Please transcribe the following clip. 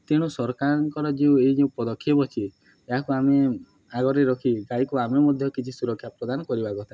ତେଣୁ ସରକାରଙ୍କର ଯେଉଁ ଏହି ଯେଉଁ ପଦକ୍ଷେପ ଅଛି ଏହାକୁ ଆମେ ଆଗରେ ରଖି ଗାଈକୁ ଆମେ ମଧ୍ୟ କିଛି ସୁରକ୍ଷା ପ୍ରଦାନ କରିବା କଥା